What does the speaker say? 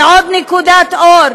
ועוד נקודת אור,